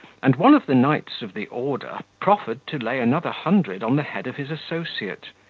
and one of the knights of the order proffered to lay another hundred on the head of his associate.